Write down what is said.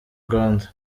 rwanda